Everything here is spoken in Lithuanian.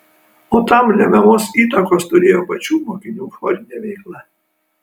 o tam lemiamos įtakos turėjo pačių mokinių chorinė veikla